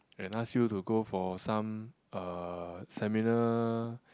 and ask you to go for some uh seminar